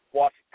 watch